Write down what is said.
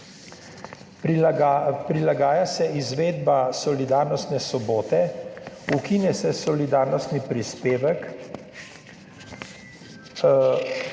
Prilagaja se izvedba solidarnostne sobote, ukine se solidarnostni prispevek,